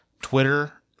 Twitter